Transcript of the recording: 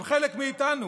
הם חלק מאיתנו,